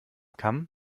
kamm